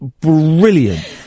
brilliant